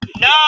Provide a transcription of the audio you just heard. No